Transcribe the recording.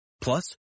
Plus